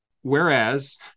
Whereas